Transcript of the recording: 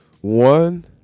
One